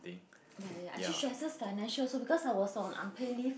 ya ya actually stresses financial also because I was on unpay leave